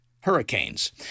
hurricanes